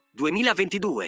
2022